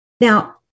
Now